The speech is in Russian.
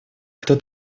кто